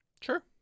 Sure